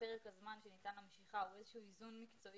פרק הזמן שניתן למשיכה, בין